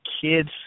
kids